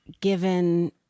given